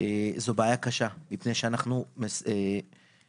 זו בעיה קשה מפני שאנחנו בהכרח